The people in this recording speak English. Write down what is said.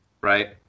right